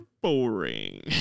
boring